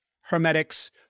Hermetics